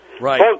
Right